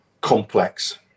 complex